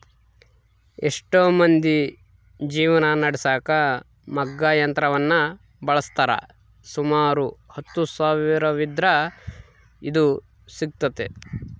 ಎಷ್ಟೊ ಮಂದಿ ಜೀವನ ನಡೆಸಕ ಮಗ್ಗ ಯಂತ್ರವನ್ನ ಬಳಸ್ತಾರ, ಸುಮಾರು ಹತ್ತು ಸಾವಿರವಿದ್ರ ಇದು ಸಿಗ್ತತೆ